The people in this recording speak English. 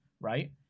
Right